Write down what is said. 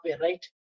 right